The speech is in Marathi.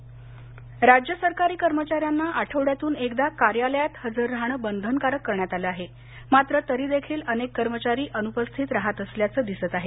कर्मचारी राज्य सरकारी कर्मचाऱ्यांना आठवड्यातून एकदा कार्यालयात हजर राहणे बंधनकारक करण्यात आलं आहे मात्र तरीदेखील अनेक कर्मचारी अनुपस्थित राहत असल्याचं दिसत आहे